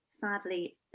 sadly